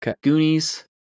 Goonies